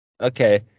okay